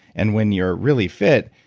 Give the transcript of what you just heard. and when you're really fit,